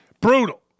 Brutal